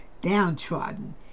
downtrodden